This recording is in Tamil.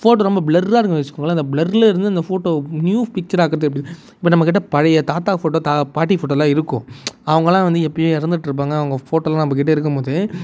ஃபோட்டோ ரொம்ப ப்ளர்ராக இருக்குதுனு வைச்சிக்கோங்களேன் அந்த ப்ளர்ரில் இருந்து அந்த ஃபோட்டோ நியூ பிக்சர் ஆக்குறது எப்படி இப்போ நம்மக்கிட்டே பழைய தாத்தா ஃபோட்டோ பாட்டி போட்டோலாம் இருக்கும் அவங்களாம் வந்து எப்பயோ இறந்துட்ருப்பாங்க அவங்க போட்டோலாம் நம்மக்கிட்ட இருக்கும்போது